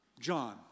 John